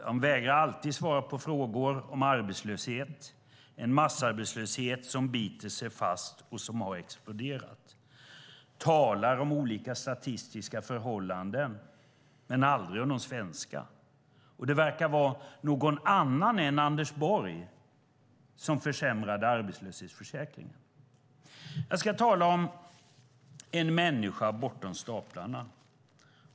Han vägrar alltid att svara på frågor om arbetslöshet, en massarbetslöshet som har exploderat och som biter sig fast. Han talar om olika statistiska förhållanden men aldrig om de svenska. Och det verkar ha varit någon annan än Anders Borg som försämrade arbetslöshetsförsäkringen. Jag ska tala om en människa bortom staplarna.